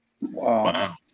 Wow